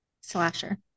Slasher